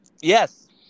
Yes